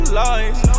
lies